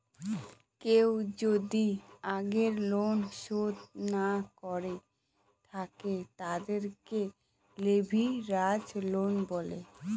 কেউ যদি আগের লোন শোধ না করে থাকে, তাদেরকে লেভেরাজ লোন বলে